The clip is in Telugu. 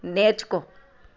నేర్చుకో